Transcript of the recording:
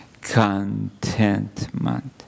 contentment